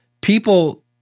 people